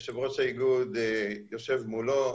יושב ראש האיגוד יושב מולו,